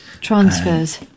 Transfers